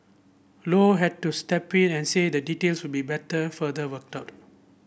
low had to step in and say that details would be better further worked out